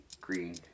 Green